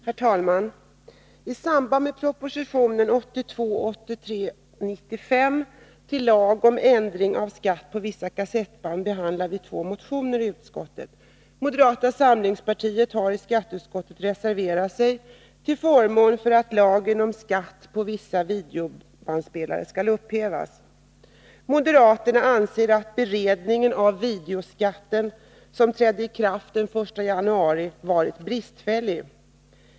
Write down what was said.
Herr talman! I samband med proposition 1982/83:95 med förslag till lag om ändring av lagen om skatt på vissa kassettband har vi i utskottet behandlat två motioner. Moderata samlingspartiet har i skatteutskottet reserverat sig till förmån för att lagen om skatt på videobandspelare skall upphävas. Moderaterna anser att beredningen av videoskatten, som trädde i kraft den 1 januari 1983, varit bristfällig.